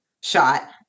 shot